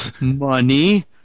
money